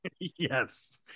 yes